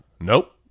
Nope